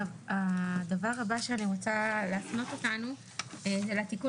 הדבר הבא שאני רוצה להפנות אותנו זה לתיקון